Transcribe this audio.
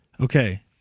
Okay